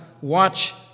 watch